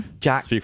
jack